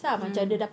mm